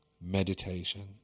meditation